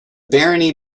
barony